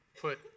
put